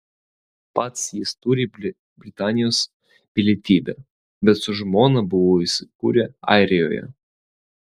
pats jis turi britanijos pilietybę bet su žmona buvo įsikūrę airijoje